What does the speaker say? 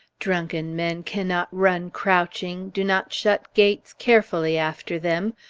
drunken men cannot run crouching, do not shut gates carefully after them,